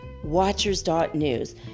Watchers.news